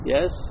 Yes